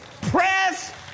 Press